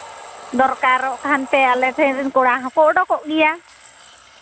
ᱫᱚᱨᱠᱟᱨᱚᱜ ᱠᱷᱟᱱᱼᱯᱮ ᱟᱞᱮ ᱴᱷᱮᱱ ᱨᱮᱱ ᱠᱚᱲᱟ ᱦᱚᱸᱠᱚ ᱩᱰᱩᱠᱚᱜ ᱜᱮᱭᱟ